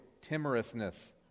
Timorousness